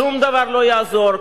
שום דבר לא יעזור,